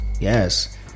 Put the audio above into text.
Yes